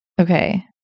Okay